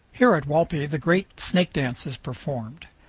here at walpi the great snake dance is performed.